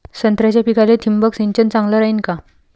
संत्र्याच्या पिकाले थिंबक सिंचन चांगलं रायीन का?